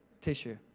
Tissue